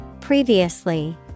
Previously